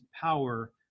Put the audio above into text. power